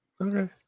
Okay